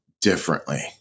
differently